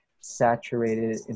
saturated